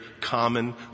common